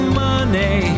money